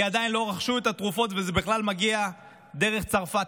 כי עדיין לא רכשו את התרופות וזה בכלל מגיע דרך צרפת.